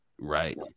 Right